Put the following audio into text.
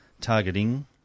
targeting